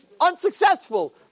Unsuccessful